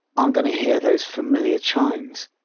aren't going to hear those familiar chimes